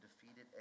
defeated